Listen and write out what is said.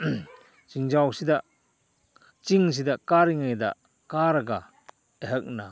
ꯆꯤꯡꯖꯥꯎꯁꯤꯗ ꯆꯤꯡꯁꯤꯗ ꯀꯥꯔꯤꯉꯩꯗ ꯀꯥꯔꯒ ꯑꯩꯍꯥꯛꯅ